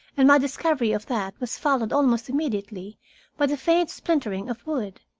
and my discovery of that was followed almost immediately by the faint splintering of wood.